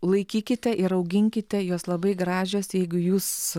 laikykite ir auginkite jos labai gražios jeigu jūs